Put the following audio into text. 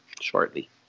shortly